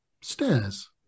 stairs